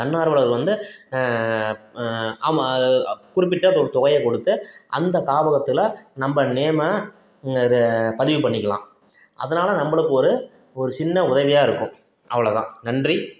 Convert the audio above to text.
தன்னார்வலர்கள் வந்து ஆமாம் அது குறிப்பிட்ட ஒரு தொகையை கொடுத்து அந்த காப்பகத்தில் நம்ப நேமை இது பதிவு பண்ணிக்கலாம் அதனால நம்பளுக்கு ஒரு ஒரு சின்ன உதவியாக இருக்கும் அவ்வளோதான் நன்றி